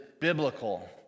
biblical